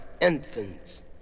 infants